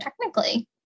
technically